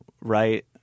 right